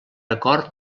acord